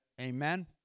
Amen